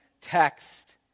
text